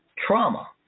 Trauma